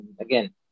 Again